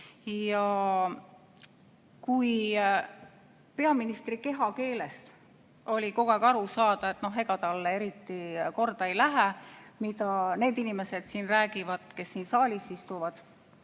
Ja kui peaministri kehakeelest oli kogu aeg aru saada, et ega talle eriti korda ei lähe, mida need inimesed räägivad, kes siin saalis istuvad,